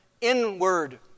inward